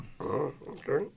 Okay